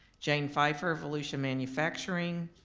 jayne fifer volusia manufacturing,